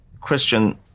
Christian